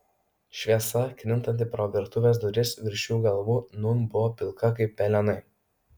šviesa krintanti pro virtuvės duris virš jų galvų nūn buvo pilka kaip pelenai